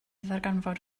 ddarganfod